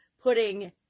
putting